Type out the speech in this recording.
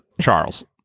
Charles